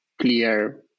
clear